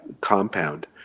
compound